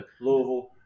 Louisville